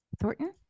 Thornton